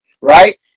right